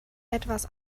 etwas